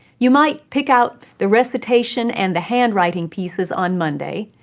you might pick out the recitation and the handwriting pieces on monday,